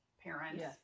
parents